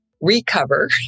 recover